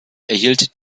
erhielt